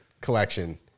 collection